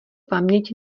paměť